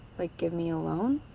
like, give me a loan?